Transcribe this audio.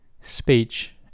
speech